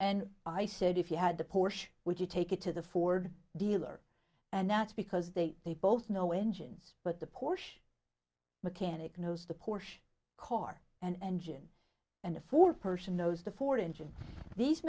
and i said if you had the porsche would you take it to the ford dealer and that's because they they both know engines but the porsche mechanic knows the porsche car and gin and the four person knows the ford engine these